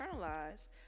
internalize